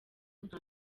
nta